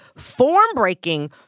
form-breaking